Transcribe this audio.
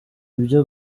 ibyo